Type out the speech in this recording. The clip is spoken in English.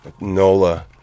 Nola